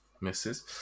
Misses